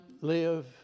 live